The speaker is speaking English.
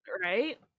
Right